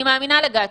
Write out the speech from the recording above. אני מאמינה לגיא,